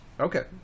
Okay